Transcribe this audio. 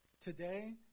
Today